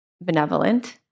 benevolent